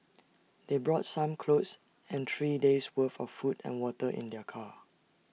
they brought some clothes and three days' worth of food and water in their car